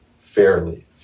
fairly